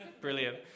Brilliant